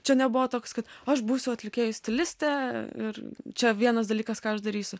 čia nebuvo toks kad aš būsiu atlikėjų stilistė ir čia vienas dalykas ką aš darysiu